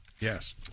Yes